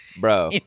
Bro